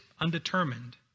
undetermined